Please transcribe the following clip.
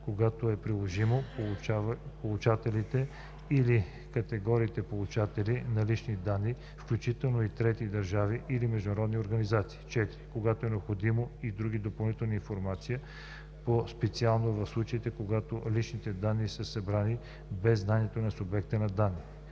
когато е приложимо, получателите или категориите получатели на личните данни, включително в трети държави или международни организации; 4. когато е необходимо, и друга допълнителна информация, по-специално в случаите, когато личните данни са събрани без знанието на субекта на данните.